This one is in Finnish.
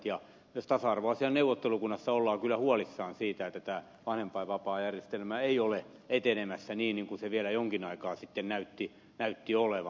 myös tasa arvoasiain neuvottelukunnassa ollaan kyllä huolissaan siitä että tämä vanhempain vapaajärjestelmä ei ole etenemässä niin kuin se vielä jonkin aikaa sitten näytti olevan